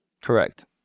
Correct